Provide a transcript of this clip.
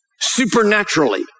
supernaturally